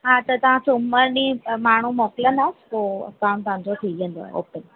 हा त तव्हां सूमरु ॾींहुं माण्हू मोकिलींदा पोइ काम तव्हांजो थी वेंदो ओके